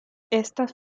estas